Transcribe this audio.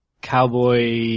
cowboy